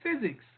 Physics